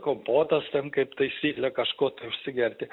kompotas ten kaip taisyklė kažko tai užsigerti